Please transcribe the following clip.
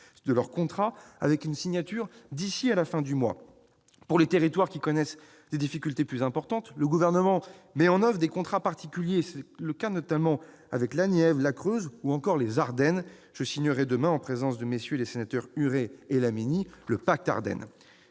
la signature étant prévue d'ici à la fin du mois. Pour les territoires qui connaissent des difficultés plus importantes, le Gouvernement met en oeuvre des contrats particuliers. C'est le cas notamment avec la Nièvre, la Creuse ou encore les Ardennes- je signerai demain, en présence de MM. les sénateurs Huré et Laménie, le pacte Ardennes.